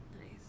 nice